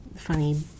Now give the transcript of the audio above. funny